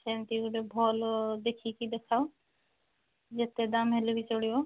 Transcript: ସେମିତି ଗୋଟେ ଭଲ ଦେଖିକି ଦେଖାଅ ଯେତେ ଦାମ୍ ହେଲେ ବି ଚଳିବ